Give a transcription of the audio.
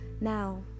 now